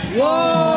whoa